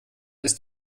ist